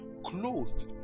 clothed